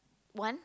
one